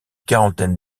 quarantaine